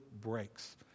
breaks